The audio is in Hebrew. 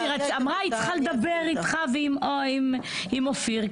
היא אמרה היא צריכה לדבר איתך ועם, עם אופיר.